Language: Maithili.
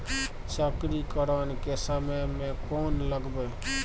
चक्रीकरन के समय में कोन लगबै?